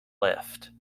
lift